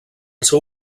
seu